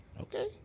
Okay